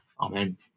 amen